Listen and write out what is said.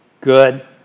Good